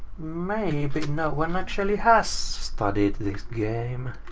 maybe, no, one actually has studied this game.